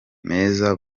meza